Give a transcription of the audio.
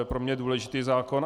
Pro mě důležitý zákon.